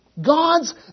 God's